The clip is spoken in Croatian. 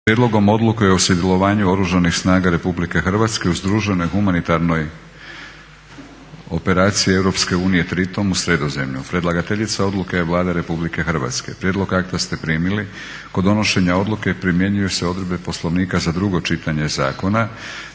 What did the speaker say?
Prijedlog odluke o sudjelovanju Oružanih snaga Republike Hrvatske u združenoj humanitarnoj operaciji Europske unije "Triton" u Sredozemlju. Predlagateljica Odluke je Vlada Republike Hrvatske. Prijedlog akta ste primili. Kod donošenja odluke primjenjuju se odredbe Poslovnika za drugo čitanje zakona.